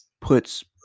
puts